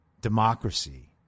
democracy